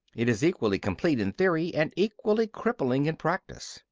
it is equally complete in theory and equally crippling in practice.